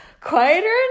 quieter